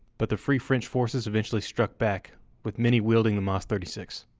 but the free french forces eventually struck back with many wielding the mas thirty six.